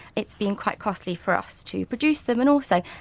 it's been quite costly for us to produce them and also,